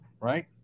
right